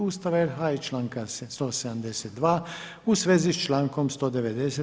Ustava RH i članka 172. u svezi s člankom 190.